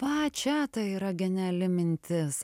va čia ta yra geniali mintis